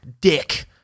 dick